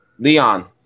Leon